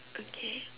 okay